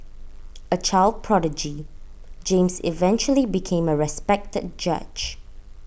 A child prodigy James eventually became A respected judge